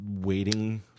Waiting